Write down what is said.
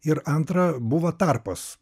ir antra buvo tarpas